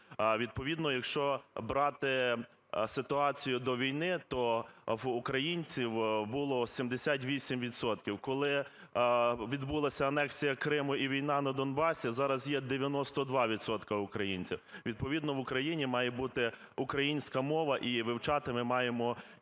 Відповідно якщо брати ситуацію до війни, то українців було 78 відсотків. Коли відбулася анексія Криму і війна на Донбасі, зараз є 92 відсотки українців. Відповідно в Україні має бути українська мова і вивчати ми маємо, і